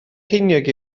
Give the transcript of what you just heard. ceiniog